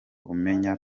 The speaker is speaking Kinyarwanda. umenya